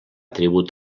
tribut